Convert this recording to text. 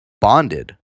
bonded